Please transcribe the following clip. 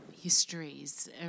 histories